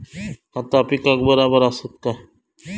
खता पिकाक बराबर आसत काय?